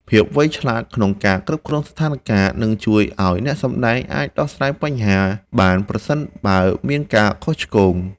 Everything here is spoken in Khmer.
ភាពវៃឆ្លាតក្នុងការគ្រប់គ្រងស្ថានការណ៍នឹងជួយឱ្យអ្នកសម្តែងអាចដោះស្រាយបញ្ហាបានប្រសិនបើមានការខុសឆ្គង។